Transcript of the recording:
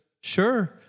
Sure